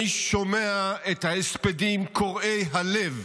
אני שומע את ההספדים קורעי הלב